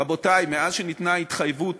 רבותי, מאז שניתנה ההתחייבות